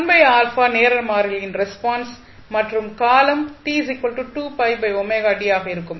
1α நேர மாறிலியின் ரெஸ்பான்ஸ் மற்றும் காலம் t ஆக இருக்கும்